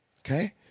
Okay